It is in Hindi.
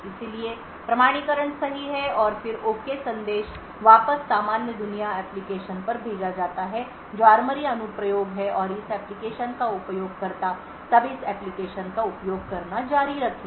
इसलिए प्रमाणीकरण सही है और फिर ओके संदेश वापस सामान्य दुनिया एप्लिकेशन पर भेजा जाता है जो ARMORY अनुप्रयोग है और इस एप्लिकेशन का उपयोगकर्ता तब इस एप्लिकेशन का उपयोग करना जारी रखेगा